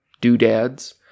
doodads